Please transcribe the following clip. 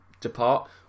depart